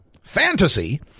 fantasy